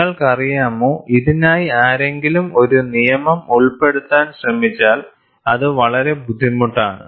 നിങ്ങൾക്കറിയാമോ ഇതിനായി ആരെങ്കിലും ഒരു നിയമം ഉൾപ്പെടുത്താൻ ശ്രമിച്ചാൽ അത് വളരെ ബുദ്ധിമുട്ടാണ്